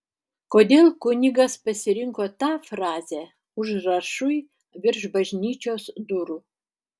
kodėl kunigas pasirinko tą frazę užrašui virš bažnyčios durų